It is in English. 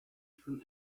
from